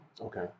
Okay